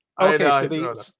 okay